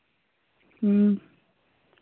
ᱦᱮᱸ